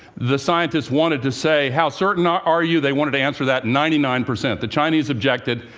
the scientists wanted to say, how certain are are you? they wanted to answer that ninety nine percent. the chinese objected,